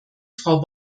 frau